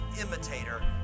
imitator